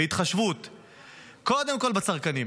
ההתחשבות היא קודם כול בצרכנים